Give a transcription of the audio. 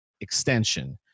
extension